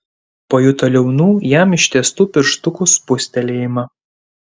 pajuto liaunų jam ištiestų pirštukų spustelėjimą